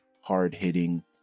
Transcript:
hard-hitting